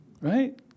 right